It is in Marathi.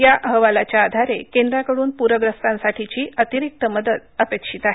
या अहवालाच्या आधारे केंद्राकडून प्रग्रस्तांसाठीची अतिरिक्त मदत अपेक्षित आहे